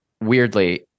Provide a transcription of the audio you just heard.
weirdly